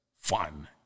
fun